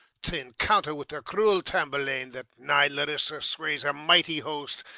t' encounter with the cruel tamburlaine, that nigh larissa sways a mighty host,